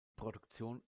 produktion